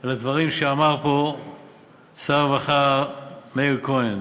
על הדברים שאמר פה שר הרווחה מאיר כהן.